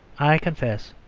i confess,